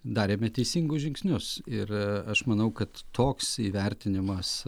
darėme teisingus žingsnius ir aš manau kad toks įvertinimas